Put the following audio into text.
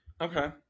Okay